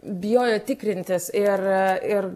bijojo tikrintis ir ir